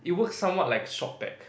it works somewhat like ShopBack